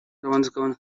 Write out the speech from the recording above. ricardo